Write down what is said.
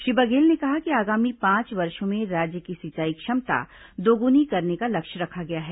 श्री बघेल ने कहा कि आगामी पांच वर्षों में राज्य की सिंचाई क्षमता दोगुनी करने का लक्ष्य रखा गया है